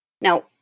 Now